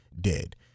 dead